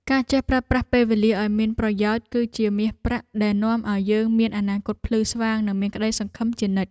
ការចេះប្រើប្រាស់ពេលវេលាឱ្យមានប្រយោជន៍ គឺជាមាសប្រាក់ដែលនាំឱ្យយើងមានអនាគតភ្លឺស្វាង និងមានក្តីសង្ឃឹមជានិច្ច។